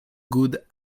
good